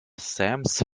sams